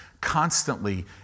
constantly